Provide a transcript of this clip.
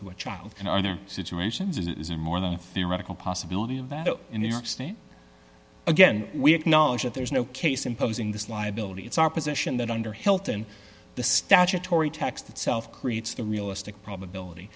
to a child and other situations it is a more than a few radical possibility of that in new york state again we acknowledge that there's no case imposing this liability it's our position that under health and the statutory text itself creates the realistic probability